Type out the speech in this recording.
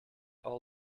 all